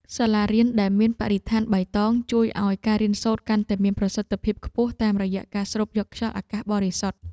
សាលារៀនដែលមានបរិស្ថានបៃតងជួយឱ្យការរៀនសូត្រកាន់តែមានប្រសិទ្ធភាពខ្ពស់តាមរយៈការស្រូបយកខ្យល់អាកាសបរិសុទ្ធ។